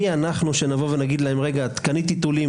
מי אנחנו שנבוא ונגיד להם: רגע, קנית טיטולים?